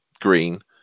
green